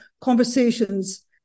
conversations